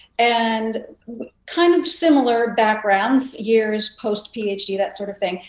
and kind of similar backgrounds, years post ph d, that sort of thing.